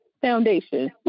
foundation